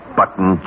button